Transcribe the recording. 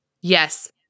Yes